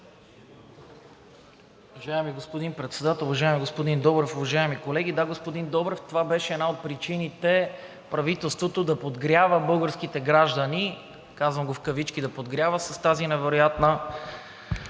Уважаеми господин Председател, уважаеми господин Добрев, уважаеми колеги! Да, господин Добрев, това беше една от причините правителството да подгрява българските граждани – казвам в кавички да подгрява – с тази невероятна